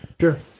sure